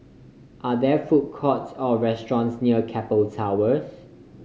are there food courts or restaurants near Keppel Towers